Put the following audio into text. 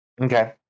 Okay